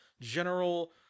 general